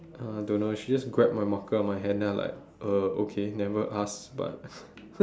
uh don't know eh she just grab my marker out of my hand then I like uh okay never ask but